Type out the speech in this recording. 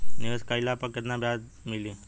निवेश काइला पर कितना ब्याज मिली?